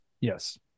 Yes